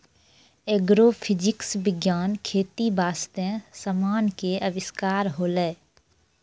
agrophysics विज्ञान खेती बास्ते समान के अविष्कार होलै